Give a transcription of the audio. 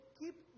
keep